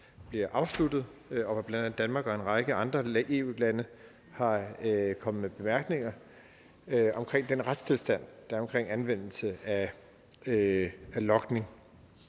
bliver afsluttet. Bl.a. Danmark og en række andre EU-lande er kommet med bemærkninger om den retstilstand, der er ved anvendelsen af logning,